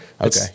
okay